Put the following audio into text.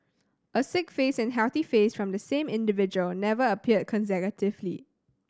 a sick face and healthy face from the same individual never appeared consecutively